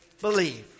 Believe